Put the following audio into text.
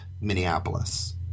Minneapolis